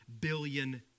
billion